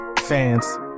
fans